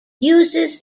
uses